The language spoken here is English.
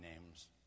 name's